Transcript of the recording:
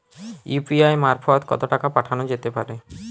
UPI মারফত কত টাকা পাঠানো যেতে পারে?